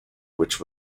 which